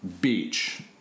beach